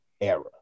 era